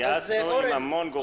התייעצנו עם המון גורמים.